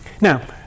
Now